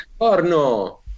Buongiorno